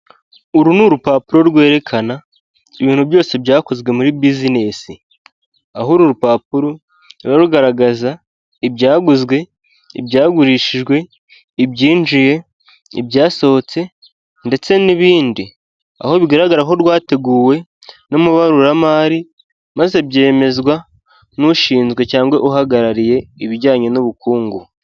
Uru ni urupapuro rwerekana ibintu byose byakozwe muri buzinesi aho uru rupapuro ruba rugaragaza ibyaguzwe, ibyagurishijwe, ibyinjiye, ibyasohotse ndetse n'ibindi aho bigaragara ko rwateguwe n'amabaruramari maze byemezwa n'ushinzwe cyangwa uhagarariye ibijyanye n'ubukungu.